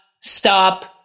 stop